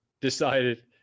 decided